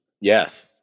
Yes